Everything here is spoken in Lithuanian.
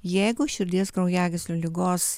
jeigu širdies kraujagyslių ligos